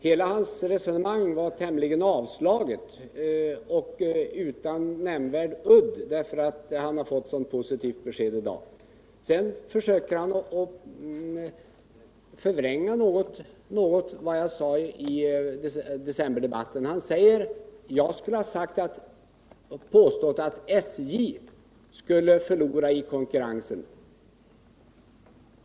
Hela hans resonemang var tämligen avslaget och utan nämnvärd udd, därför att han fått ett så positivt besked i dag. Birger Rosqvist försöker något förvränga vad jag sade i decemberdebatten. Han säger att jag skulle ha påstått att SJ skulle förlora i konkurrensen.